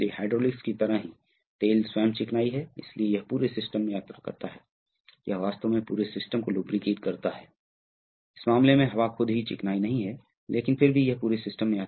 flapper nozzle का फायदा यह है कि उनका लाभ बहुत अधिक है बहुत छोटी गति भी बहुत अधिक दबाव अंतर पैदा कर सकती है जिससे कि वे बहुत संवेदनशील डिवाइस हैं